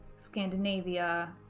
scandinavia,